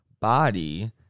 body